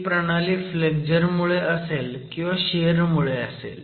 ती प्रणाली फ्लेक्झर मुळे असेल किंवा शियर मुळे असेल